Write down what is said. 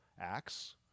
Acts